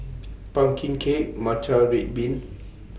Pumpkin Cake Matcha Red Bean